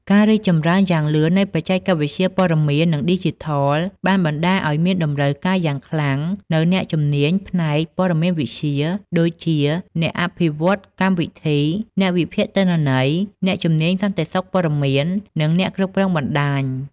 ការរីកចម្រើនយ៉ាងលឿននៃបច្ចេកវិទ្យាព័ត៌មាន និងឌីជីថល បានបណ្តាលឱ្យមានតម្រូវការយ៉ាងខ្លាំងនូវអ្នកជំនាញផ្នែក ព័ត៍មានវិទ្យា ដូចជា អ្នកអភិវឌ្ឍន៍កម្មវិធី អ្នកវិភាគទិន្នន័យ អ្នកជំនាញសន្តិសុខព័ត៌មាន និងអ្នកគ្រប់គ្រងបណ្ដាញ។